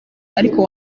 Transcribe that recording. ariko